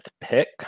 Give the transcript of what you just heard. pick